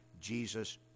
Jesus